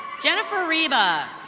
jennifer reeba.